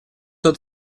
тот